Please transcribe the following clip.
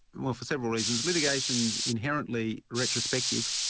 well for several reasons. litigation's inherently retrospective,